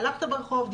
הלכת ברחוב,